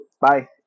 Bye